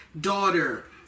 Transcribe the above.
daughter